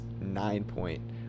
nine-point